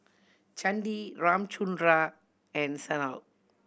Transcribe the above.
Chandi Ramchundra and Sanal